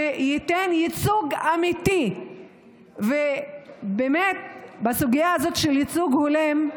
שייתן ייצוג אמיתי באמת בסוגיה של ייצוג הולם.